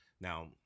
Now